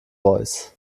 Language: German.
voice